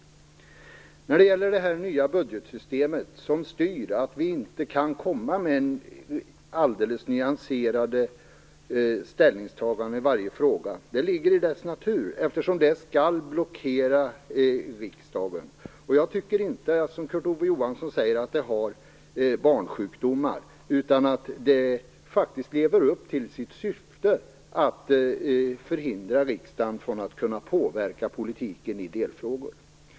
Sedan vill säga några ord om det här nya budgetsystemet som gör att vi inte kan komma med alldeles nyanserade ställningstaganden i varje fråga. Det ligger i dess natur eftersom det skall blockera riksdagen. Jag tycker inte, som Kurt Ove Johansson, att det är fråga om barnsjukdomar. Systemet lever faktiskt upp till sitt syfte; att förhindra riksdagen från att påverka politiken i delfrågor.